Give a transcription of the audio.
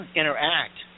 interact